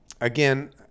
again